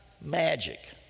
magic